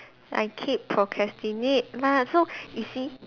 I keep procrastinate mah so you see